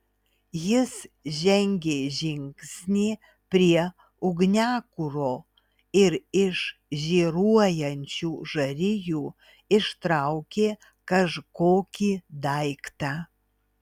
jis žengė žingsnį prie ugniakuro ir iš žėruojančių žarijų ištraukė kažkokį daiktą